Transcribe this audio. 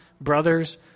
brothers